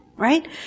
Right